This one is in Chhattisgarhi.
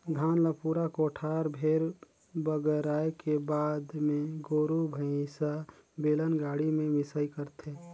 धान ल पूरा कोठार भेर बगराए के बाद मे गोरु भईसा, बेलन गाड़ी में मिंसई करथे